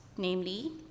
Namely